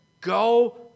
go